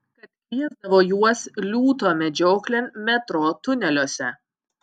kad kviesdavo juos liūto medžioklėn metro tuneliuose